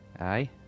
Aye